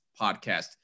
podcast